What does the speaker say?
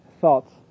thoughts